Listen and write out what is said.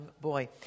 boy